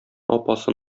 апасы